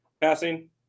passing